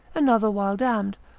another while damned,